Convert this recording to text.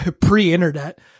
pre-internet